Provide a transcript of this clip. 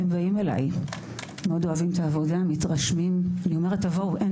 עבדתי עם אתיופים, עם אנשי הייטק, עם